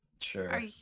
Sure